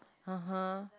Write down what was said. (uh huh)